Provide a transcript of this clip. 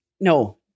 No